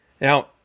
Now